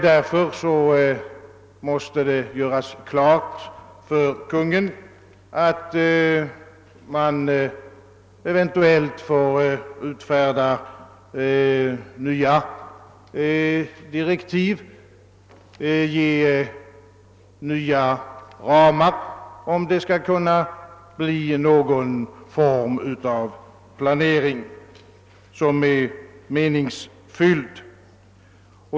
Därför måste det göras klart för Kungl. Maj:t att man eventuellt får utfärda nya direktiv och fastställa nya ramar, om det skall kunna bli någon form av planering som är meningsfylld.